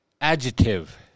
adjective